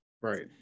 Right